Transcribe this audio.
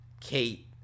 Kate